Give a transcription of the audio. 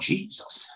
Jesus